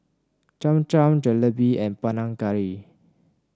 Cham Cham Jalebi and Panang Curry